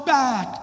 back